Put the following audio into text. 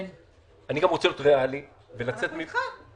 אני רוצה להיות ריאלי ולצאת מפה --- אנחנו אתך.